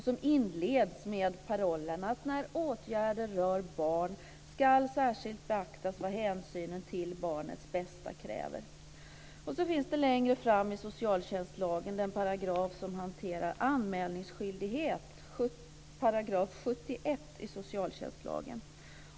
Den inleds med parollen att när åtgärder rör barn ska särskilt beaktas vad hänsynen till barnets bästa kräver. Längre fram i socialtjänstlagen finns en paragraf som hanterar anmälningsskyldighet, § 71 i socialtjänstlagen.